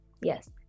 Yes